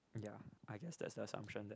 ya I guess that's the assumption that